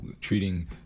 treating